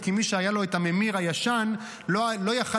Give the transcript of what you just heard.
כי מי שהיה לו את הממיר הישן לא היה יכול